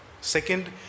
Second